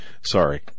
Sorry